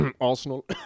Arsenal